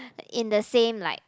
in the same like